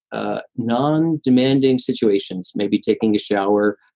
ah non-demanding situations, maybe taking a shower,